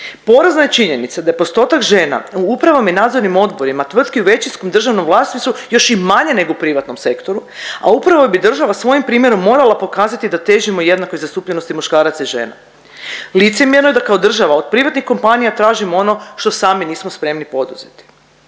Porazna je činjenica da je postotak žena u upravama i nadzornim odborima tvrtki u većinskom državnom vlasništvu još i manja nego u privatnom sektoru, a upravo bi država svojim primjerom morala pokazati da težimo jednakoj zastupljenosti muškaraca i žena. Licemjerno je da kao država od privatnih kompanija tražimo ono što sami nismo spremni poduzeti.